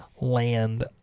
land